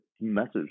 message